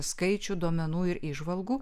skaičių duomenų ir įžvalgų